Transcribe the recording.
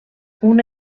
una